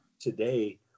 today